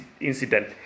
incident